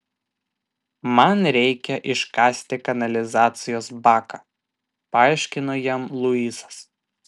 man reikia iškasti kanalizacijos baką paaiškino jam luisas